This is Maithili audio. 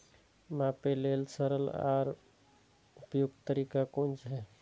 मापे लेल सरल आर उपयुक्त तरीका कुन छै?